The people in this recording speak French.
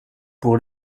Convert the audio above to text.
pour